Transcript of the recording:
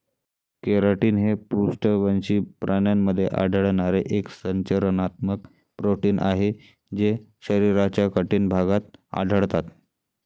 keratin हे पृष्ठवंशी प्राण्यांमध्ये आढळणारे एक संरचनात्मक प्रोटीन आहे जे शरीराच्या कठीण भागात आढळतात